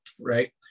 right